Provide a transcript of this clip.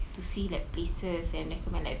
to see like places and recommend like